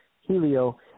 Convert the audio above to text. Helio